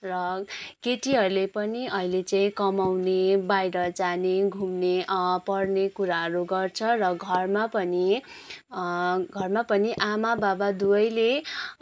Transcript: र केटीहरूले पनि अहिले चाहिँ कमाउने बाहिर जाने घुम्ने पढ्ने कुराहरू गर्छ र घरमा पनि घरमा पनि आमा बाबा दुवैले